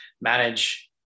manage